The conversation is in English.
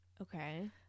Okay